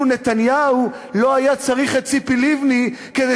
נתניהו אפילו לא היה צריך את ציפי לבני כדי